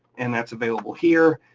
and that's available here.